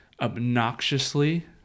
obnoxiously